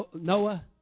Noah